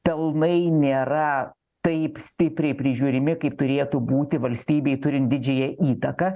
pelnai nėra taip stipriai prižiūrimi kaip turėtų būti valstybei turint didžiąją įtaką